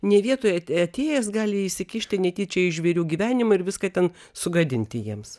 ne vietoje at atėjęs gali įsikišti netyčia į žvėrių gyvenimą ir viską ten sugadinti jiems